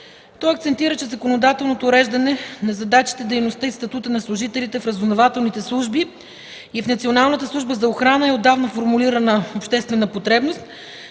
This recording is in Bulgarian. Той акцентира, че законодателното уреждане на задачите, дейността и статута на служителите в разузнавателните служби и в Националната служба за охрана е отдавна формулирана обществена потребност.